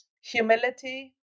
humility